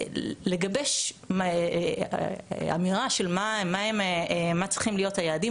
לגבש אמירה של מה צריכים להיות היעדים